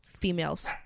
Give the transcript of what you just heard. Females